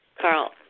Carl